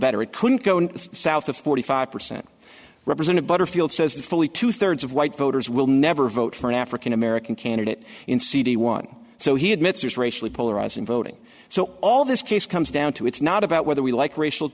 better it could go south the forty five percent represented butterfield says that fully two thirds of white voters will never vote for an african american candidate in cd one so he admits there's racially polarizing voting so all this case comes down to it's not about whether we like racial